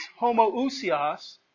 homoousios